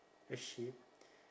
a sheep